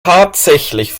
tatsächlich